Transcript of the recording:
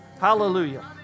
Hallelujah